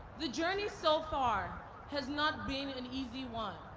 the journey so far has not been an easy one.